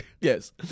Yes